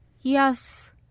Yes